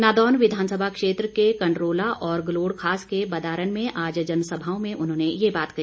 नादौन विधानसभा क्षेत्र के कंडरोला और गलोड़ खास के बदारन में आज जनसभाओं में उन्होंने ये बात की